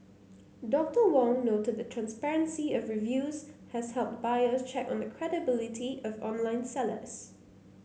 Doctor Wong noted the transparency of reviews has helped buyers check on the credibility of online sellers